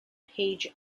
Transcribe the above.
page